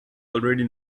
already